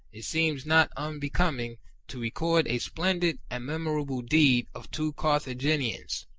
it seems not unbecoming to re cord a splendid and memorable deed of two cartha ginians,